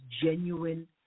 genuine